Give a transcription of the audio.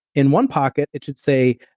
in one pocket, it should say,